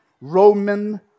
Roman